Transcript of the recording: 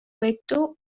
vector